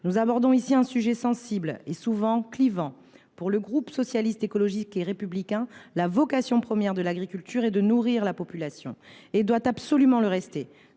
Nous abordons ici un sujet sensible et souvent clivant. Pour le groupe Socialiste, Écologiste et Républicain, la vocation première de l’agriculture est de nourrir la population et elle doit absolument le rester.